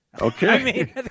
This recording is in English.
Okay